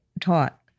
taught